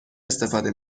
استفاده